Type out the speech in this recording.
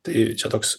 tai čia toks